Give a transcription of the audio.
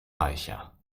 reicher